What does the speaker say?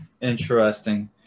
interesting